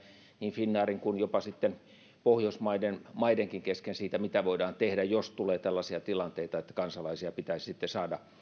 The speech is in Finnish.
niin finnairin kuin jopa sitten pohjoismaiden maidenkin kesken siitä mitä voidaan tehdä jos tulee tällaisia tilanteita että kansalaisia pitäisi sitten saada